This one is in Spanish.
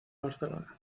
barcelona